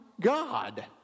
God